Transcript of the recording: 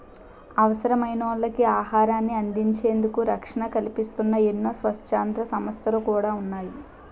అవసరమైనోళ్ళకి ఆహారాన్ని అందించేందుకు రక్షణ కల్పిస్తూన్న ఎన్నో స్వచ్ఛంద సంస్థలు కూడా ఉన్నాయి